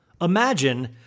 Imagine